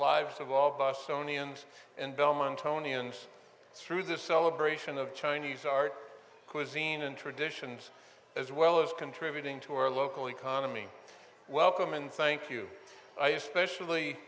lives of all of us only and and bellman tony and through this celebration of chinese art cuisine and traditions as well as contributing to our local economy welcome and thank you i especially